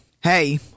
Hey